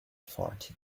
forty